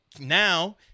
now